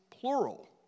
plural